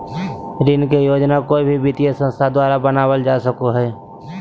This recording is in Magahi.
ऋण के योजना कोय भी वित्तीय संस्था द्वारा बनावल जा सको हय